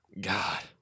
God